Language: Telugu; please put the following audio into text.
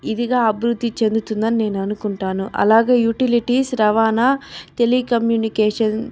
ఇదిగా అభివృద్ధి చెందుతుందని నేను అనుకుంటున్నాను అలాగే యుటిలిటీస్ రవాణా టెలి కమ్యూనికేషన్స్